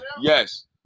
Yes